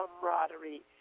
camaraderie